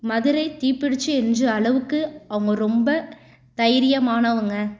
மதுரை தீப்பிடித்து எரிஞ்ச அளவுக்கு அவங்க ரொம்ப தைரியமானவங்க